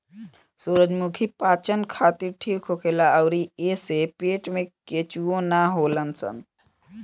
सूरजमुखी पाचन खातिर ठीक होखेला अउरी एइसे पेट में केचुआ ना होलन सन